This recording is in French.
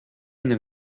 une